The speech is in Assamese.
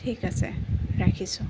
ঠিক আছে ৰাখিছোঁ